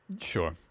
Sure